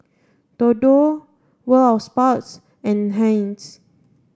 Dodo World Of Sports and Heinz